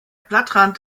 blattrand